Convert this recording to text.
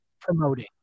promoting